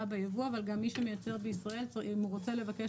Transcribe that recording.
בייבוא אבל גם מי שמייצר בישראל אם הוא רוצה לבקש